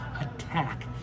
attack